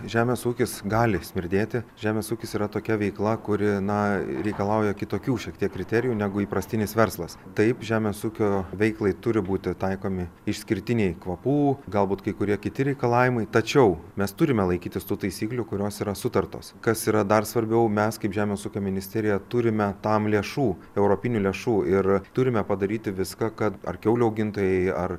žemės ūkis gali smirdėti žemės ūkis yra tokia veikla kuri na reikalauja kitokių šiek tiek kriterijų negu įprastinis verslas taip žemės ūkio veiklai turi būti taikomi išskirtiniai kvapų galbūt kai kurie kiti reikalavimai tačiau mes turime laikytis tų taisyklių kurios yra sutartos kas yra dar svarbiau mes kaip žemės ūkio ministerija turime tam lėšų europinių lėšų ir turime padaryti viską kad ar kiaulių augintojai ar